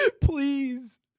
Please